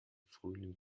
frühling